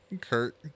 Kurt